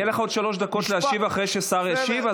יהיו לך עוד שלוש דקות להשיב אחרי שהשר ישיב,